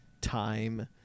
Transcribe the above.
time